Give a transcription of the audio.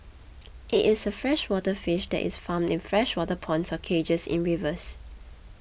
it is a freshwater fish that is farmed in freshwater ponds or cages in rivers